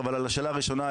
אבל השאלה הראשונה,